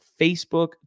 facebook